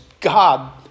God